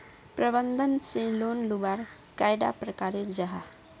प्रबंधन से लोन लुबार कैडा प्रकारेर जाहा?